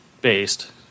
based